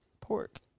pork